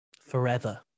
forever